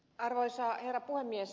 arvoisa herra puhemies